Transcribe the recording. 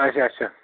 اَچھا اَچھا